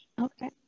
Okay